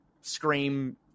scream –